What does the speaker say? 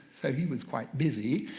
so he was quite busy,